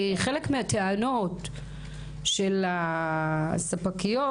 כי חלק מהטענות של הספקיות